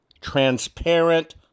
transparent